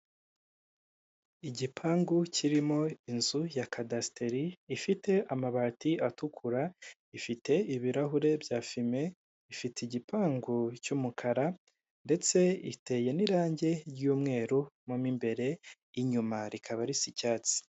Igipangu kirimo inzu ya kadasiteri, ifite amabati atukura, ifite ibirahure bya fime, ifite igipangu cy'umukara, ndetse iteye n'irange ry'umweru mo mo imbere, inyuma rikaba risa icyatsi.